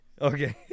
Okay